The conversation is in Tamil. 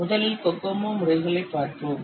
முதலில் கோகோமோ முறைகளைப் பார்ப்போம்